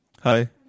Hi